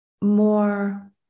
more